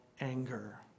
anger